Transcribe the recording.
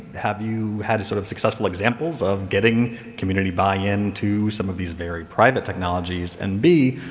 have you had a sort of successful examples of getting community buy in to some of these very private technologies and, b,